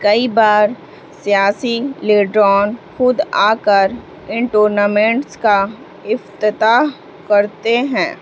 کئی بار سیاسی لیڈروں خود آ کر ان ٹورنامنٹس کا افتتاح کرتے ہیں